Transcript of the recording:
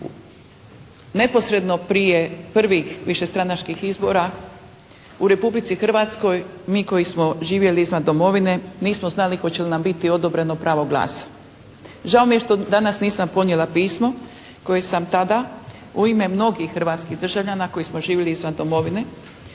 Neposredno prije prvih višestranačkih izbora u Republici Hrvatskoj mi koji smo živjeli izvan domovine nismo znali hoće li nam biti odobreno pravo glasa. Žao mi je što danas nisam ponijela pismo koje sam tada u ime mnogih hrvatskih državljana koji smo živjeli izvan domovine